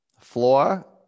Floor